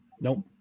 Nope